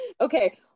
Okay